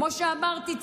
כמו שאמרתי,